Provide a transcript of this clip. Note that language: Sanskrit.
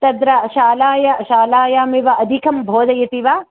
तत्र शालाया शालायामेव अधिकं बोधयति वा